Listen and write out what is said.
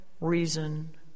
reason